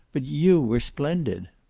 but you were splendid.